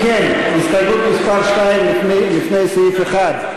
אם כן, הסתייגות מס' 2 לפני סעיף 1,